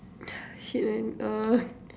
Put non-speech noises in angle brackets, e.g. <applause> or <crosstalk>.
<noise> shit man uh